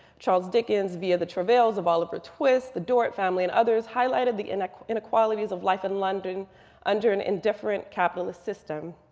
charles dickens via the travails of oliver twist, the dorrit family, and others, highlighted the inequalities of life in london under an indifferent capitalist system.